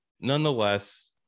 Nonetheless